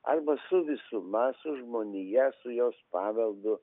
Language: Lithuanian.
arba su visuma su žmonija su jos paveldu